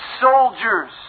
soldiers